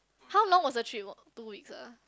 how long was the trip two weeks ah